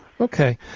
Okay